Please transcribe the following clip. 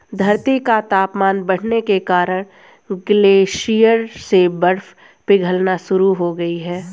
धरती का तापमान बढ़ने के कारण ग्लेशियर से बर्फ पिघलना शुरू हो गयी है